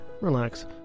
relax